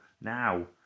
now